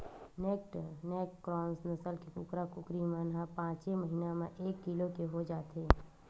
naked neck cross नसल के कुकरा, कुकरी मन ह पाँचे महिना म एक किलो के हो जाथे